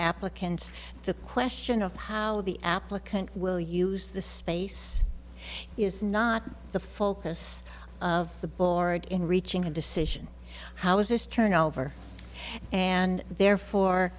applicants the question of how the applicant will use the space is not the focus of the board in reaching a decision how is this turnover and therefore